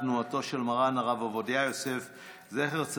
תנועתו של מרן הרב עובדיה יוסף זצ"ל,